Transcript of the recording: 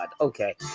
Okay